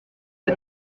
cet